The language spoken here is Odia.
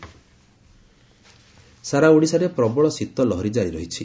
ପାଣିପାଗ ସାରା ଓଡ଼ିଶାରେ ପ୍ରବଳ ଶୀତ ଲହରୀ କାରି ରହିଛି